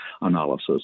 analysis